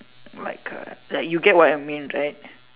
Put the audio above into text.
like uh like you get what I mean right